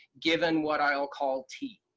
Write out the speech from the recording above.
given what i'll call, t.